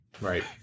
Right